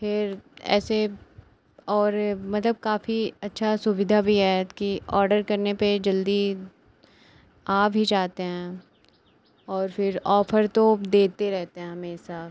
फिर ऐसे और मतलब काफ़ी अच्छी सुविधा भी है कि ऑडर करने पर जल्दी आ भी जाते हैं और फिर ऑफर तो देते रहते हैं हमेशा